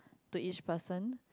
to each person